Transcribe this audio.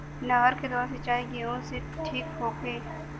नहर के द्वारा सिंचाई गेहूँ के ठीक होखि?